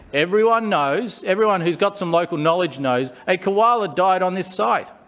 everyone knows everyone who's got some local knowledge knows a koala died on this site.